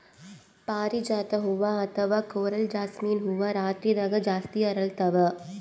ಪಾರಿಜಾತ ಹೂವಾ ಅಥವಾ ಕೊರಲ್ ಜಾಸ್ಮಿನ್ ಹೂವಾ ರಾತ್ರಿದಾಗ್ ಜಾಸ್ತಿ ಅರಳ್ತಾವ